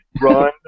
Run